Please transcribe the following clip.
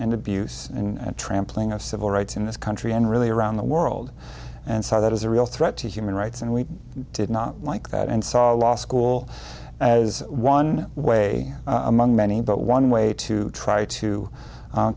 and abuse and trampling of civil rights in this country and really around the world and saw that as a real threat to human rights and we did not like that and saw it law school is one way among many but one way to try to